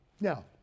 Now